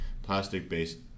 Plastic-based